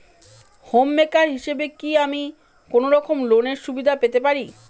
Home maker হিসেবে কি আমি কোনো রকম লোনের সুবিধা পেতে পারি?